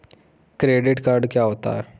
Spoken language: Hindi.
क्रेडिट कार्ड क्या होता है?